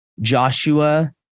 Joshua